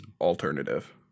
alternative